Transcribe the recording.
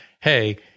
hey